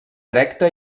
erecta